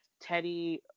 Teddy